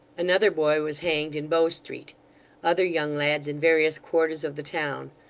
another boy was hanged in bow street other young lads in various quarters of the town.